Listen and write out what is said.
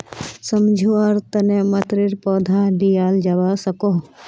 सम्झुआर तने मतरेर पौधा लियाल जावा सकोह